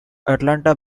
atlanta